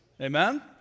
amen